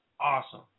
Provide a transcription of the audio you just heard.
Awesome